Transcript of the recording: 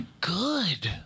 Good